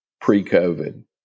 pre-COVID